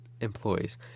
employees